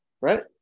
Right